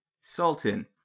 sultan